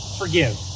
forgive